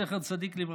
זכר צדיק לברכה,